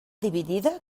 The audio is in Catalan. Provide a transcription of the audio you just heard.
dividida